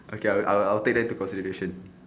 okay I'll I'll take that into consideration